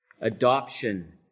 adoption